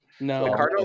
No